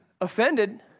offended